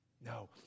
No